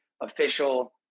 official